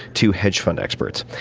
two hedge fund experts,